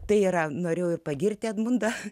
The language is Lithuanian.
tai yra norėjau pagirti edmundą